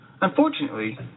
Unfortunately